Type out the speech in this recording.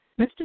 Mr